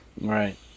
Right